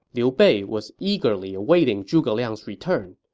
liu bei was eagerly awaiting zhuge liang's return.